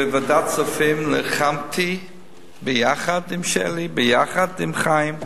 בוועדת הכספים נלחמתי ביחד עם שלי, ביחד עם חיים.